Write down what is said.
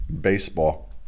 baseball